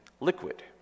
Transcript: liquid